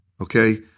okay